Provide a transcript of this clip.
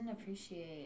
appreciate